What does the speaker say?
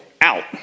out